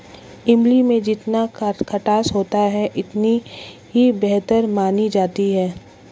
इमली में जितना खटास होता है इतनी ही बेहतर मानी जाती है